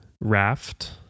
Raft